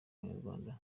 b’abanyarwanda